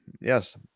Yes